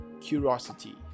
curiosity